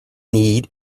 need